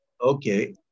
Okay